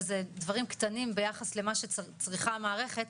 וזה דברים קטנים ביחס למה שצריכה המערכת,